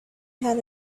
had